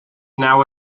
now